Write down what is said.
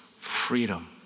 freedom